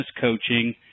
coaching